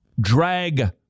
drag